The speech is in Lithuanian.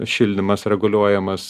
šildymas reguliuojamas